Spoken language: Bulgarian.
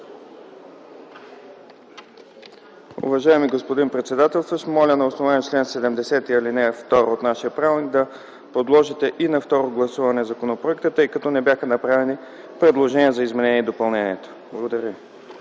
Уважаеми господин председател, моля на основание чл. 70, ал. 2 от нашия правилник да подложите и на второ гласуване законопроекта, тъй като не бяха направени предложения за изменение и допълнение. Благодаря.